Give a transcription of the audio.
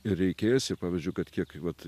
ir reikės ir pavyzdžiui kad kiek vat